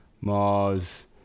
mars